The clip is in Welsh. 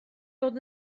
bod